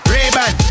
Ray-Ban